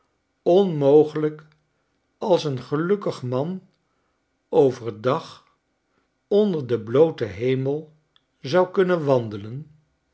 onraogelijk als een gelukkig man over dag onder den blooten hemel zou kunnen wandelen